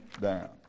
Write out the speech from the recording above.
down